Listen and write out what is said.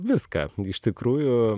viską iš tikrųjų